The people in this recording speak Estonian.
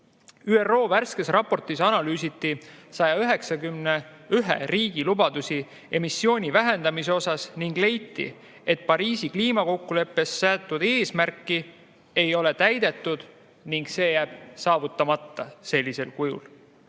°C. ÜRO värskes raportis analüüsiti 191 riigi lubadusi emissiooni vähendamise kohta ning leiti, et Pariisi kliimakokkuleppes seatud eesmärki ei ole täidetud ning see jääb sellisel kujul